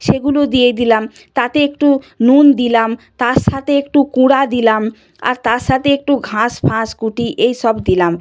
সেগুলো দিয়ে দিলাম তাতে একটু নুন দিলাম তার সাথে একটু কুঁড়া দিলাম আর তার সাথে একটু ঘাস ফাস কুটি এই সব দিলাম